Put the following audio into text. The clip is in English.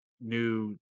new